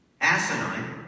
asinine